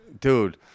Dude